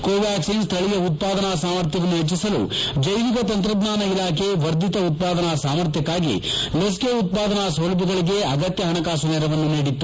Covaxin ಸ್ವಳೀಯ ಉತ್ಪಾದನಾ ಸಾಮರ್ಥ್ಲವನ್ನು ಹೆಚ್ಚಿಸಲು ಜೈವಿಕ ತಂತ್ರಜ್ಞಾನ ಇಲಾಖೆ ವರ್ಧಿತ ಉತ್ಪಾದನಾ ಸಾಮರ್ಥ್ಲಕ್ನಾಗಿ ಲಸಿಕೆ ಉತ್ಪಾದನಾ ಸೌಲಭ್ಲಗಳಿಗೆ ಅಗತ್ಯ ಹಣಕಾಸು ನೆರವನ್ನು ನೀಡಿತ್ತು